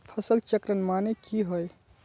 फसल चक्रण माने की होय?